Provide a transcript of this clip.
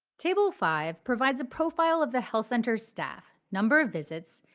table five provides a profile of the health centers' staff, number of visits,